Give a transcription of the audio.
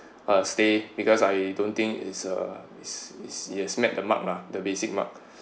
uh stay because I don't think is uh is is it has met the mark lah the basic mark